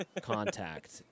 contact